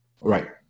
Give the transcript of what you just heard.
Right